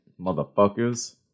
motherfuckers